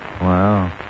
Wow